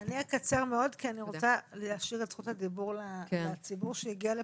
אני אקצר משום שאני רוצה להשאיר את זכות הדיבור לציבור שהגיע לפה,